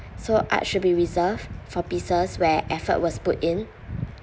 so art should be reserved for pieces where effort was put in